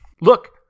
Look